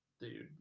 Dude